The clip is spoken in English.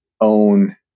own